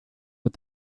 but